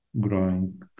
growing